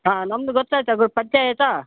ಹಾಂ ನಮ್ದು ಗೊತೈತ ಗೊ ಪರಿಚಯ ಆಯ್ತ